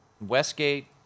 Westgate